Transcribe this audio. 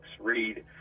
Read